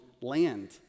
land